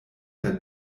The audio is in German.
der